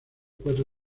cuatro